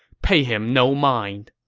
pay him no mind.